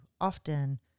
often